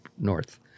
north